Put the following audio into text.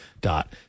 dot